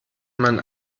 man